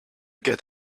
get